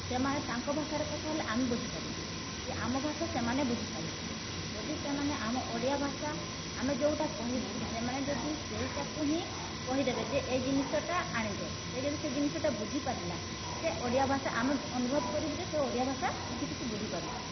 ସେମାନେ ତାଙ୍କ ଭାଷାରେ କଥା ହେଲେ ଆମେ ବୁଝିପାରିବୁନି କି ଆମ ଭାଷା ସେମାନେ ବୁଝିପାରିବେନି ଯଦି ସେମାନେ ଆମ ଓଡ଼ିଆ ଭାଷା ଆମେ ଯୋଉଟା କହିବୁ ସେମାନେ ଯଦି ସେଇଟାକୁ ହିଁ କହିଦେବେ ଯେ ଏଇ ଜିନିଷଟା ଆଣିଦେ ସେ ଯଦି ସେ ଜିନିଷଟା ବୁଝି ପାରିଲା ସେ ଓଡ଼ିଆ ଭାଷା ଆମେ ଅନୁଭବ କରିବୁ ଯେ ସେ ଓଡ଼ିଆ ଭାଷା କିଛି କିଛି ବୁଝିପାରୁଛି